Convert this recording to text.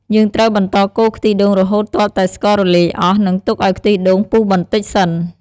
យើងត្រូវបន្តកូរខ្ទិះដូងរហូតទាល់តែស្កររលាយអស់ និងទុកឱ្យខ្ទិះដូងពុះបន្តិចសិន។